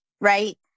right